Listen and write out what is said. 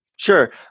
Sure